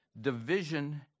division